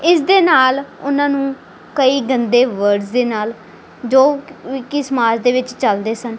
ਇਸਦੇ ਨਾਲ ਉਨ੍ਹਾਂ ਨੂੰ ਕਈ ਗੰਦੇ ਵਰਡਸ ਦੇ ਨਾਲ ਜੋ ਕੀ ਸਮਾਜ ਦੇ ਵਿੱਚ ਚੱਲਦੇ ਸਨ